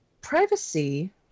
privacy